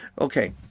Okay